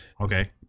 Okay